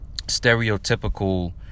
stereotypical